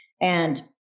And-